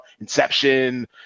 Inception